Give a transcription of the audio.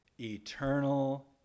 eternal